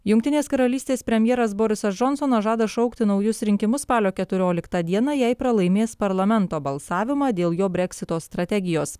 jungtinės karalystės premjeras borisas džonsonas žada šaukti naujus rinkimus spalio keturioliktą dieną jei pralaimės parlamento balsavimą dėl jo breksito strategijos